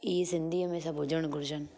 इहे सिंधीअ में सभ हुजण घुरिजनि